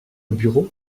bureau